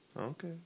Okay